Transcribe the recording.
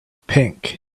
pink